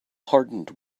hardened